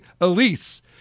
Elise